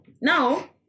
now